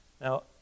Now